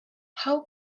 how